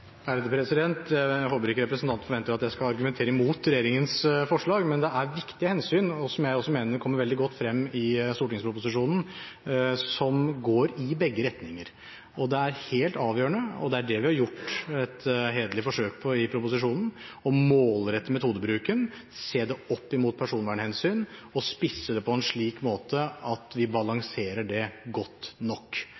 Jeg håper ikke representanten forventer at jeg skal argumentere imot regjeringens forslag. Men det er viktige hensyn, noe jeg mener også kommer veldig godt frem i stortingsproposisjonen, som går i begge retninger. Det er helt avgjørende – og det er det vi har gjort et hederlig forsøk på i proposisjonen – å målrette metodebruken, se den opp mot personvernhensyn og spisse den på en slik måte at vi